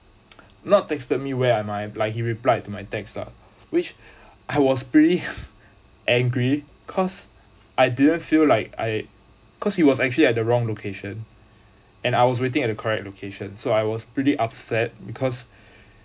not texted me where I am I like he replied to my text lah which I was pretty angry cause I didn't feel like I cause he was actually at the wrong location and I was waiting at the correct location so I was pretty upset because